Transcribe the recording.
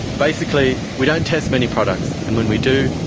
basically we don't test many products, and when we do,